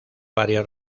varias